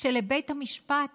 שלבית המשפט